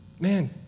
Man